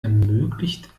ermöglicht